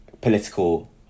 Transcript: political